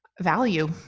value